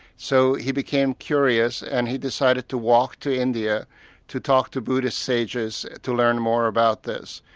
so he became curious and he decided to walk to india to talk to buddhist sages to learn more about this.